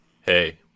hey